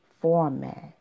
format